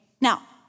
Now